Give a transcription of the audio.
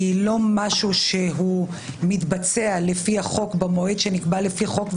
לא משהו שמתבצע לפי החוק במועד שנקבע לפי חוק,